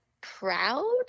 proud